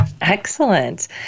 Excellent